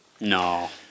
No